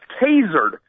tasered